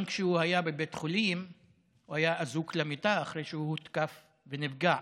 גם כשהוא היה בבית חולים הוא היה אזוק למיטה אחרי שהוא הותקף ונפגע,